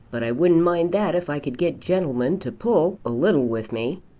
but i wouldn't mind that, if i could get gentlemen to pull a little with me.